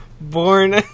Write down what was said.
born